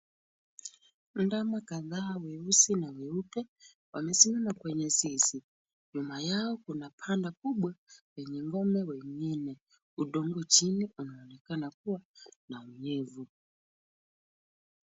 Mandama kadhaa weupe na weusi wamesimama kwenye zizi. Nyuma yao kuna banda kubwa lenye ng'ombe wawili. Udongo chini unaonekana kuwa na unyevu.